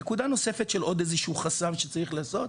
נקודה נוספת של עוד איזה שהוא חסם שצריך לעשות,